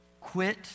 Quit